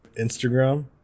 Instagram